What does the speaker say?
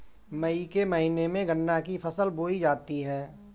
मई के महीने में गन्ना की फसल बोई जाती है